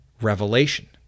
revelation